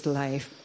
life